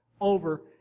over